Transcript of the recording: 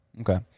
Okay